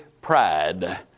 pride